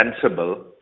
sensible